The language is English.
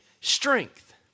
strength